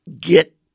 get